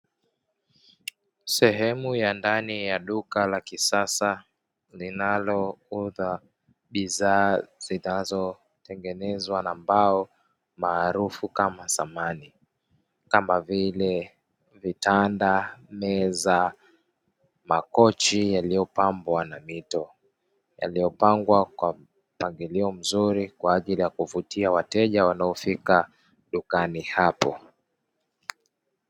Sehemu ya ndani ya duka la kisasa linalouza bidhaa zinazotengenezwa na mbao maarufu kama samani, kama vile: vitanda, meza, makochi yaliyopambwa kwa mito, yaliyopangwa kwa mpangilio mzuri na kuvutia wateja wanaofika dukani hapo.